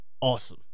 Awesome